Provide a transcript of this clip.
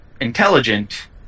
intelligent